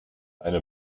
eine